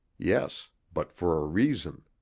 yes, but for a reason.